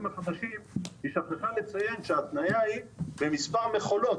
--- היא שכחה לציין שההתניה היא למספר מכולות.